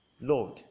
Lord